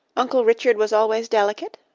uncle richard was always delicate?